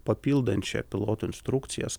papildančią pilotų instrukcijas